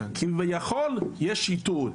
כביכול יש שיטור,